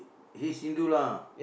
he's Hindu lah